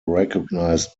recognised